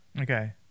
Okay